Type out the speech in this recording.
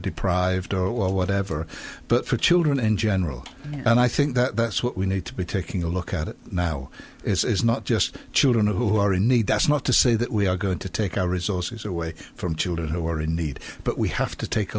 deprived or whatever but for children in general and i think that's what we need to be taking a look at it now is not just children who are in need that's not to say that we are going to take our resources away from children who are in need but we have to take a